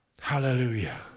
Hallelujah